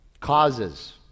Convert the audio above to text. Causes